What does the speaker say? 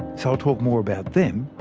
so i'll talk more about them,